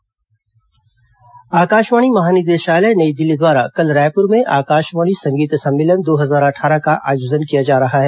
आकशवाणी संगीत सम्मेलन आकाशवाणी महानिदेशालय नई दिल्ली द्वारा कल रायपुर में आकाशवाणी संगीत सम्मेलन दो हजार अट्ठारह का आयोजन किया जा रहा है